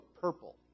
purple